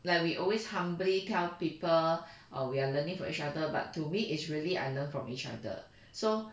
like we always humbly tell people err we are learning for each other but to me is really I learn from each other so